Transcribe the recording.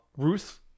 Ruth